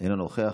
אינו נוכח,